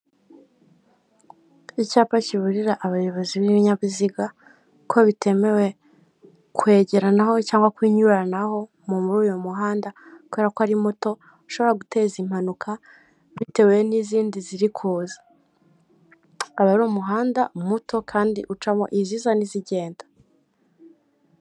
Icyapa kiburira abayobozi b'ibinyabiziga, ko bitemewe kwegeranaho cyangwa kuyinyuranaho muri uyu muhanda, kubera ko ari muto ushobora guteza impanuka bitewe n'izindi ziri kuza. Aba ari umuhanda muto kandi ucamo iziza n'izigenda.